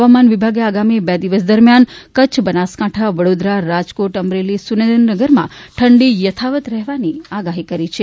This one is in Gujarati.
હવામાન વિભાગે આગામી બે દિવસ દરમિયાન કચ્છ બનાસકાંઠા વડોદરા રાજકોટ અમરેલી સુરેન્દ્રનગરમાં ઠંડી યથાવત રહેવાની આગાઠી કરી છે